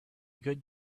good